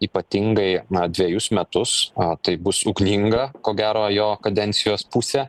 ypatingai na dvejus metus a tai bus ugninga ko gero jo kadencijos pusė